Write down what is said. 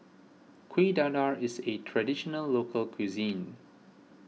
Kuih Dadar is a Traditional Local Cuisine